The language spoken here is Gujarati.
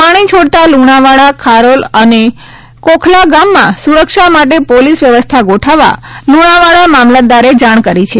પાણી છોડતા લુજ્ઞાવાડા ખારોલ અને કોખલા ગામમાં સુરક્ષા માટે પોલીસ વ્યવસ્થા ગોઠવવા લુણાવાડા મામલતદારે જાણ કરી છે